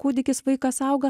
kūdikis vaikas auga